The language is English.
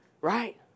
right